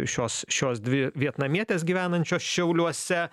šios šios dvi vietnamietės gyvenančios šiauliuose